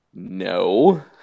No